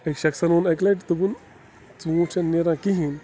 أکۍ شخصن ووٚن اَکہِ لَٹہِ دوٚپُن ژوٗنٛٹھۍ چھِنہٕ نیران کِہیٖنۍ